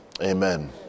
Amen